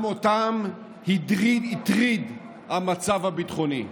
גם אותם הטריד המצב הביטחוני,